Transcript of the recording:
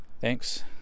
thanks